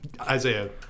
Isaiah